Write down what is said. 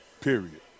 Period